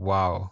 Wow